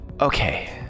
Okay